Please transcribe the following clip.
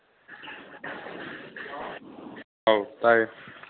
ꯑꯧ ꯇꯥꯏꯌꯦ